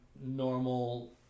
normal